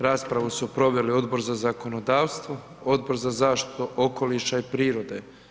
Raspravu su proveli Odbor za zakonodavstvo, Odbor za zaštitu okoliša i prirode.